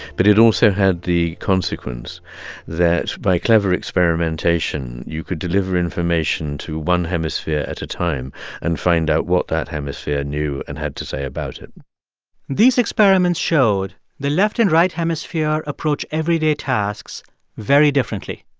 but it also had the consequence that, by clever experimentation, you could deliver information to one hemisphere at a time and find out what that hemisphere knew and had to say about it these experiments showed the left and right hemisphere approach everyday tasks very differently.